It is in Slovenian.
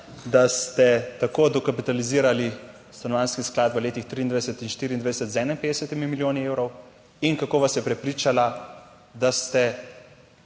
da ste tako dokapitalizirali Stanovanjski sklad v 2023 in 2024 z 51 milijoni evrov, in kako vas je prepričala, da ste